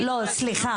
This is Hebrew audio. סליחה.